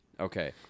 Okay